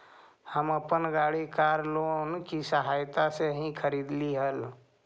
हम अपन गाड़ी कार लोन की सहायता से ही खरीदली हल